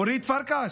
אורית פרקש,